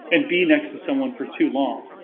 and be next to someone for too long?